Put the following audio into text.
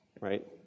right